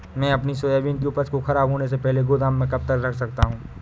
मैं अपनी सोयाबीन की उपज को ख़राब होने से पहले गोदाम में कब तक रख सकता हूँ?